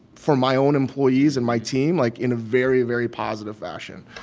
for my own employees and my team like, in a very, very positive fashion.